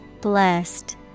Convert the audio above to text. Blessed